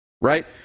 right